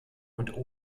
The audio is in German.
und